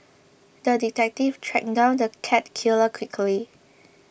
the detective tracked down the cat killer quickly